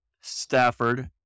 Stafford